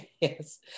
Yes